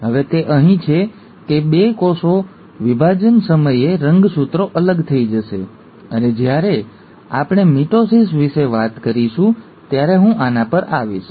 હવે તે અહીં છે કે બે કોષ વિભાજન સમયે રંગસૂત્રો અલગ થઈ જશે અને જ્યારે આપણે મિટોસિસ વિશે વાત કરીશું ત્યારે હું આના પર આવીશ